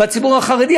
בציבור החרדי,